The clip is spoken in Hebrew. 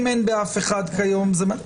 אם אין כיום באף אחד, זה אחרת.